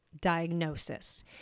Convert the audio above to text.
diagnosis